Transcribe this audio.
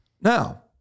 Now